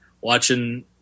watching